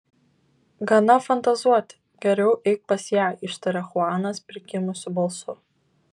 gana fantazuoti geriau eik pas ją ištaria chuanas prikimusiu balsu